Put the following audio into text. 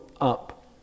up